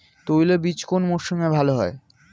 তৈলবীজ কোন মরশুমে ভাল হয়?